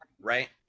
right